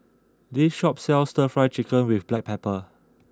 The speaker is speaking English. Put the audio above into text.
this shop sells Stir Fry Chicken with Black Pepper